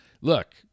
look